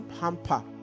hamper